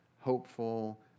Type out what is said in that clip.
hopeful